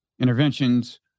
interventions